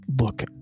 Look